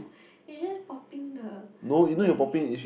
you are just popping the blackheads